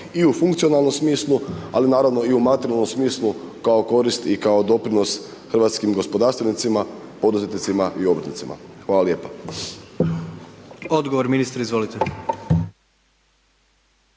i u funkcionalnom smislu ali i naravno i u materijalnom smislu kao korist i kao doprinos hrvatskim gospodarstvenicima, poduzetnicima i obrtnicima? Hvala lijepo. **Jandroković, Gordan